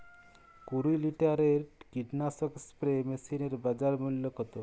কুরি লিটারের কীটনাশক স্প্রে মেশিনের বাজার মূল্য কতো?